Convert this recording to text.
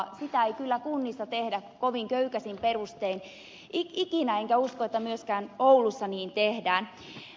sitä ei kyllä kunnissa tehdä kovin köykäisin perustein ikinä enkä usko että myöskään oulussa niin tehdään